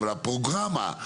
אבל הפרוגרמה,